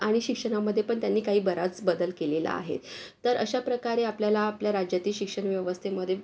आणि शिक्षणामध्ये पण त्यांनी काही बराच बदल केलेला आहे तर अशा प्रकारे आपल्याला आपल्या राज्यातील शिक्षण व्यवस्थेमध्ये